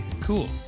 Cool